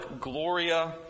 Gloria